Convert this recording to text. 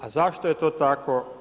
A zašto je to tako?